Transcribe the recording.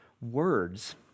words